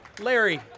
larry